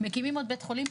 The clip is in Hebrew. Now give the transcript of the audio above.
מקימים עוד בית חולים,